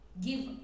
give